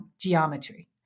geometry